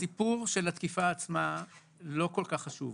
הסיפור של התקיפה עצמה לא כל כך חשוב,